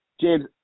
James